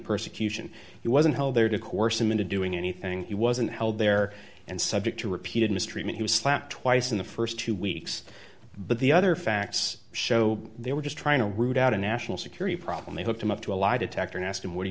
persecution he wasn't held there to coerce him into doing anything he wasn't held there and subject to repeated mistreatment he was slapped twice in the st two weeks but the other facts show they were just trying to root out a national security problem they hooked him up to a lie detector and asked him what do you